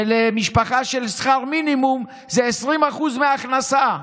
למשפחה עם שכר מינימום זה 20% מההכנסה.